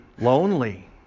lonely